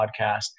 podcast